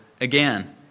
again